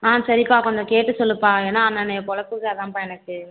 ஆ சரிப்பா கொஞ்சம் கேட்டு சொல்லுப்பா ஏன்னா அன்னன்னைய பொழப்புக்கு அதான்ப்பா எனக்கு